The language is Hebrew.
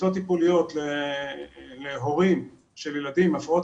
קבוצות טיפוליות להורים של ילדים עם הפרעות